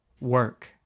work